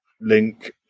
link